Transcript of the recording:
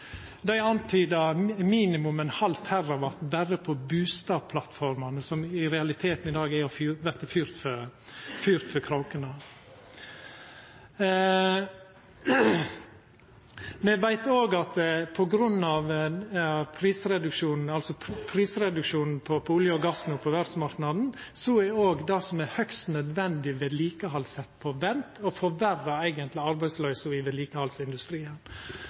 Dei antyda minimum ein halv terrawatt berre på bustadplattformene, som i dag i realiteten vert fyrt for kråkene. Me veit òg at på grunn av prisreduksjonen på olje og gass no på verdsmarknaden, så er òg det som er høgst nødvendig vedlikehald sett på vent og forverrar eigentleg arbeidsløysa i vedlikehaldsindustrien.